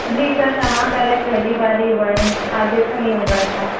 जी sir क्षमा करें पहली बार ही हुआ है आगे से नहीं होगा ऐसा